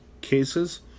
cases